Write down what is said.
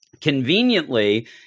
conveniently